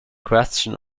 question